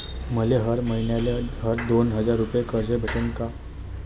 मले हर मईन्याले हर दोन हजार रुपये कर्ज भेटन का?